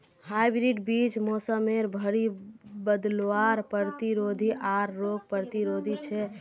hybrid बीज मोसमेर भरी बदलावर प्रतिरोधी आर रोग प्रतिरोधी छे